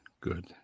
good